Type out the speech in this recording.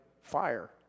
fire